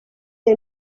the